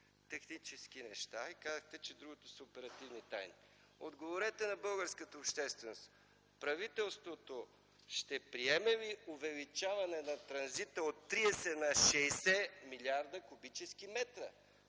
технически неща и казахте, че другото са оперативни тайни. Отговорете на българската общественост: правителството ще приеме ли увеличаване на транзита от 30 на 60 млрд. куб. м,